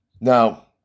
now